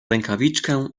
rękawiczkę